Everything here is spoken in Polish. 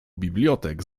bibliotek